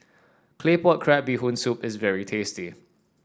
Claypot Crab Bee Hoon Soup is very tasty